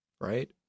right